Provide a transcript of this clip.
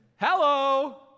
Hello